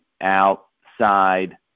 outside